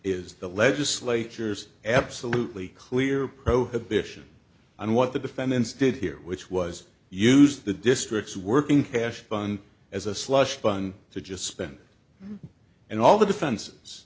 is the legislature's absolutely clear prohibit action and what the defendants did here which was use the district's working cash fund as a slush fund to just spend and all the defen